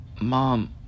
Mom